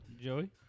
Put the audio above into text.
Joey